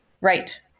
Right